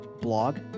blog